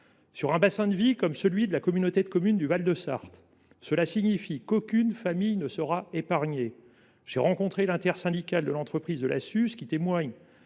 Dans un bassin de vie comme celui de la communauté de communes du Val de Sarthe, cela signifie qu’aucune famille ne sera épargnée. L’intersyndicale de l’entreprise de la Suze